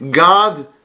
God